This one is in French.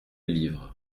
livres